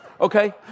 Okay